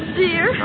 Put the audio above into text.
dear